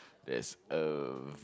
there's a